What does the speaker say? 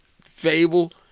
fable